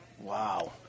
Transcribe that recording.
wow